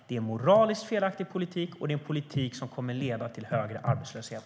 Det är en moraliskt felaktig politik, och det är en politik som kommer att leda till högre arbetslöshet.